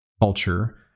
culture